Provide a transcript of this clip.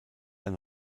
ein